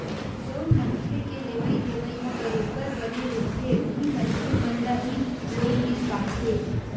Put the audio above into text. जउन मनखे के लेवइ देवइ ह बरोबर बने रहिथे उही मनखे मन ल ही लोन मिल पाथे